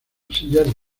sillas